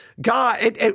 God